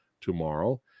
tomorrow